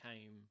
came